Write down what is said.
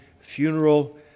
funeral